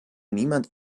niemand